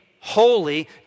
holy